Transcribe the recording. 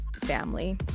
family